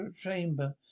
chamber